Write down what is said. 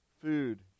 food